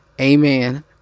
Amen